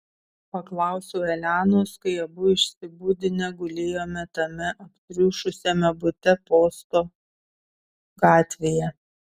paklausiau elenos kai abu išsibudinę gulėjome tame aptriušusiame bute posto gatvėje